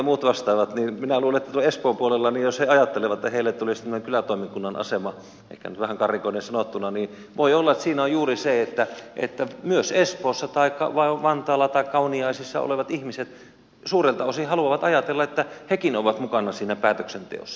minä luulen että jos he tuolla espoon puolella ajattelevat että heille tulisi sitten kylätoimikunnan asema ehkä nyt vähän karrikoiden sanottuna voi olla että siinä on juuri se että myös espoossa tai vantaalla tai kauniaisissa olevat ihmiset suurelta osin haluavat ajatella että hekin ovat mukana siinä päätöksenteossa